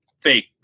fake